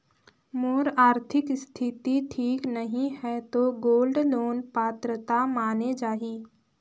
मोर आरथिक स्थिति ठीक नहीं है तो गोल्ड लोन पात्रता माने जाहि?